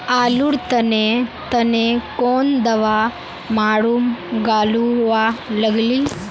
आलूर तने तने कौन दावा मारूम गालुवा लगली?